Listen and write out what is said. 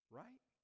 right